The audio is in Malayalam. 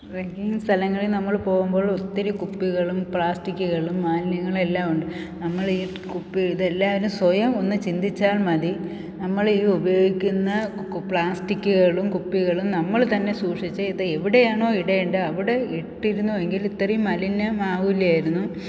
ട്രക്കിംഗ് സ്ഥലങ്ങളിൽ നമ്മൾ പോകുമ്പോൾ ഒത്തിരി കുപ്പികളും പ്ലാസ്റ്റിക്കുകളും മാലിന്യങ്ങളെല്ലാമുണ്ട് നമ്മളീ കുപ്പി ഇതെല്ലാവരും സ്വയം ഒന്ന് ചിന്തിച്ചാൽ മതി നമ്മളീ ഉപയോഗിക്കുന്ന പ്ലാസ്റ്റിക്ക്കളും കുപ്പികളും നമ്മൾ തന്നെ സൂക്ഷിച്ച് ഇതെവിടെയാണോ ഇടേണ്ടത് അവിടെ ഇട്ടിരുന്നുവെങ്കിൽ ഇത്രയും മലിനം ആവില്ലായിരുന്നു